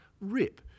rip